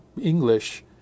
English